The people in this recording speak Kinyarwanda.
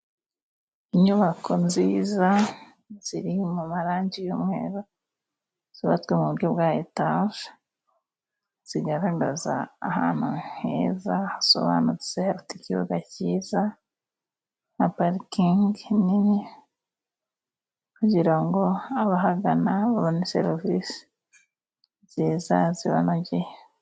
Inyubako nziza ziri mu marangi y'umweru, zubatswe mu buryo bwa etaje. Zigaragaza ahantu heza hasobanutse, hafite ikibuga cyiza na parikingi nini, kugira ngo abahagana babone serivisi nziza zibanogeye.